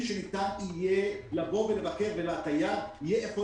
שניתן יהיה לבוא לשם ולבקר ולתייר יהיה היכן